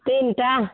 तीनटा